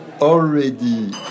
already